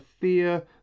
fear